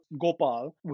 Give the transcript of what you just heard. Gopal